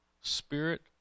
spirit-